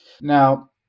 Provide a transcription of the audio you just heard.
Now